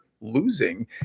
losing